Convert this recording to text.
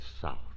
South